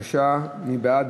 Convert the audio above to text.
בבקשה, מי בעד?